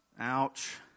Ouch